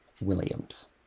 williams